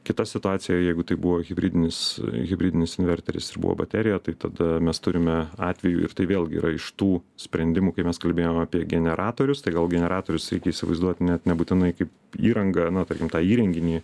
kita situacija jeigu tai buvo hibridinis hibridinis inverteris ir buvo baterija tai tada mes turime atvejų ir tai vėlgi yra iš tų sprendimų kai mes kalbėjome apie generatorius tai gal generatorius reikia įsivaizduot net nebūtinai kaip įrangą na tarkim tą įrenginį